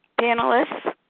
Panelists